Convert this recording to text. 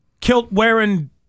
kilt-wearing